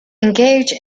engage